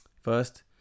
first